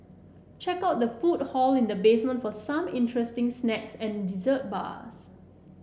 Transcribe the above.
check out the food hall in the basement for some interesting snacks and dessert bars